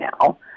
now